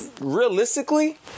realistically